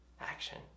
Action